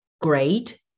great